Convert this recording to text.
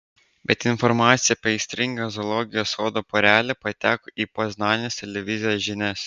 bet informacija apie aistringą zoologijos sodo porelę pateko į poznanės televizijos žinias